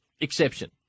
exception